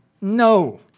no